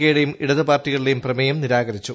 K യുടെയും ഇടതുപാർട്ടികളുടേയും പ്രമേയം നിരാകരിച്ചു